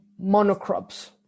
monocrops